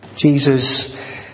Jesus